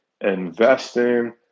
investing